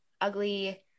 ugly